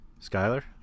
Skyler